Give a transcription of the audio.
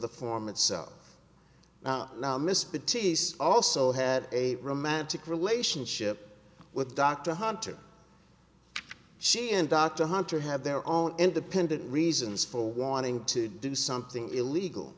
the form itself now mr t s also had a romantic relationship with dr hunter she and dr hunter have their own independent reasons for wanting to do something illegal